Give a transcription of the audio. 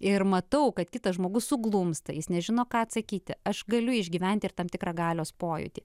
ir matau kad kitas žmogus suglumsta jis nežino ką atsakyti aš galiu išgyventi ir tam tikrą galios pojūtį